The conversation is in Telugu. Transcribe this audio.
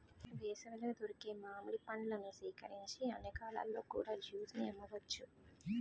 వేసవిలో దొరికే మామిడి పండ్లను సేకరించి అన్ని కాలాల్లో కూడా జ్యూస్ ని అమ్మవచ్చు